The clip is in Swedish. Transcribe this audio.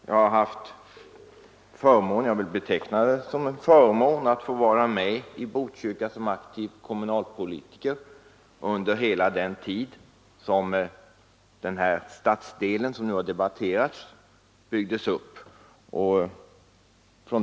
Jag har haft förmånen — jag vill beteckna det som en förmån — att få vara med i Botkyrka som aktiv kommunalpolitiker under hela den tid då den här stadsdelen, som nu har debatterats, byggdes upp.